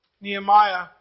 Nehemiah